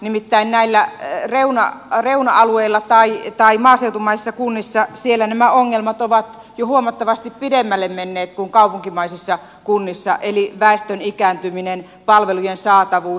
nimittäin näillä reuna alueilla tai maaseutumaisissa kunnissa nämä ongelmat ovat jo huomattavasti pidemmälle menneet kuin kaupunkimaisissa kunnissa eli väestön ikääntyminen palvelujen saatavuus